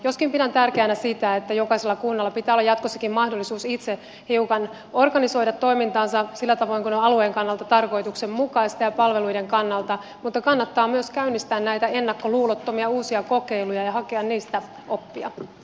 joskin pidän tärkeänä sitä että jokaisella kunnalla pitää olla jatkossakin mahdollisuus itse hiukan organisoida toimintaansa sillä tavoin kuin on alueen kannalta tarkoituksenmukaista ja palveluiden kannalta mutta kannattaa myös käynnistää näitä ennakkoluulottomia uusia kokeiluja ja hakea niistä oppia